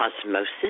osmosis